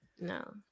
No